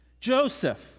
Joseph